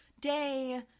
day